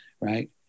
right